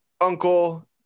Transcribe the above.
uncle